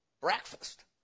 Breakfast